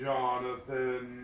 Jonathan